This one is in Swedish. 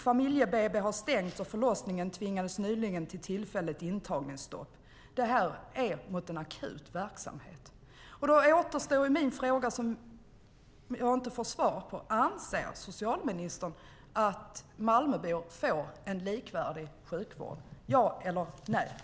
Familje-BB har stängts, och förlossningen tvingades nyligen till tillfälligt intagningsstopp. Det här är mot en akut verksamhet. Då återstår min fråga som jag inte har fått svar på: Anser socialministern att Malmöbor har tillgång till en likvärdig sjukvård? Ja eller nej.